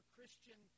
Christian